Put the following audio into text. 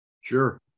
sure